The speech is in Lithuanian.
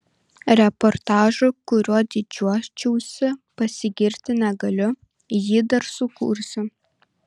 reportažu kuriuo didžiuočiausi pasigirti negaliu jį dar sukursiu